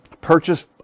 purchase